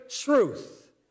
truth